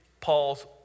Paul's